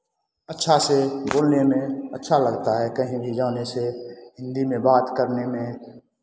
अच्छा से बोलने में अच्छा लगता है कहीं भी जाने से हिन्दी में बात करने में